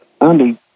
Andy